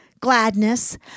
gladness